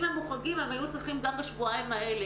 אם הם מוחרגים הם היו צריכים גם בשבועיים האלה,